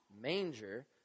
manger